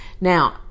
now